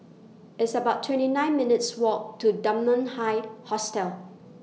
It's about twenty nine minutes' Walk to Dunman High Hostel